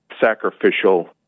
sacrificial